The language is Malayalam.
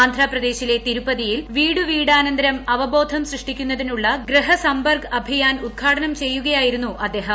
ആന്ധ്രാ പ്രദേശിലെ തിരുപ്പതിയിൽ വീടുവീടാനന്തരം അവബോധം സൃഷ്ടിക്കുന്നതിനുള്ള ഗൃഹ സമ്പർക്ക് അഭിയാൻ ഉദ്ഘാടനം ചെയ്യുകയായിരുന്നു അദ്ദേഹം